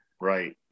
Right